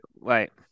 Right